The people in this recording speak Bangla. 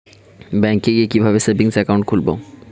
ব্যাঙ্কে গিয়ে কিভাবে সেভিংস একাউন্ট খুলব?